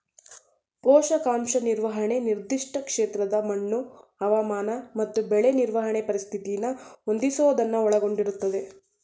ಪೋಷಕಾಂಶ ನಿರ್ವಹಣೆ ನಿರ್ದಿಷ್ಟ ಕ್ಷೇತ್ರದ ಮಣ್ಣು ಹವಾಮಾನ ಮತ್ತು ಬೆಳೆ ನಿರ್ವಹಣೆ ಪರಿಸ್ಥಿತಿನ ಹೊಂದಿಸೋದನ್ನ ಒಳಗೊಂಡಿರ್ತದೆ